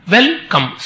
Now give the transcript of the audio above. Welcome